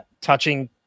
touching